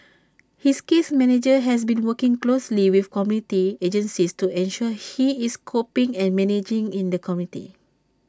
his case manager has been working closely with community agencies to ensure he is coping and managing in the community